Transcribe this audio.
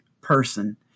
person